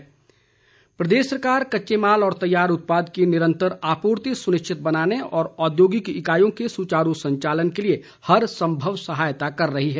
जयराम प्रदेश सरकार कच्चे माल व तैयार उत्पाद की निरंतर आपूर्ति सुनिश्चित बनाने और औद्योगिक इकाईयों के सुचारू संचालन के लिए हर संभव सहायता कर रही है